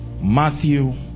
Matthew